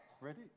ready